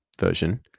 version